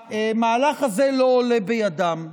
המהלך הזה לא עולה בידם.